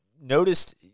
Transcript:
noticed